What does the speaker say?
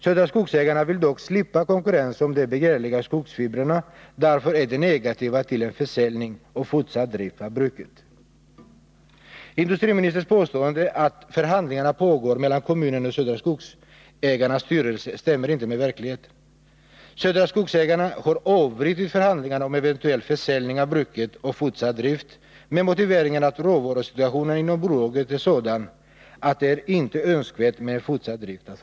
Södra Skogsägarna vill dock slippa konkurrens om de begärliga skogsfibrerna. Därför är man negativ till försäljning och fortsatt drift av bruket. Industriministerns påstående att förhandlingar pågår mellan kommunen och Södra Skogsägarnas styrelse stämmer inte med verkligheten. Södra Skogsägarna har avbrutit förhandlingarna om eventuell försäljning och fortsatt drift av bruket, med motiveringen att råvarusituationen inom bolaget Nr 29 är sådan att fortsatt drift av företaget inte är önskvärd.